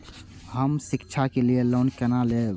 हम शिक्षा के लिए लोन केना लैब?